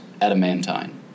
adamantine